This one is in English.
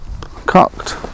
Cocked